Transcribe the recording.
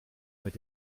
mit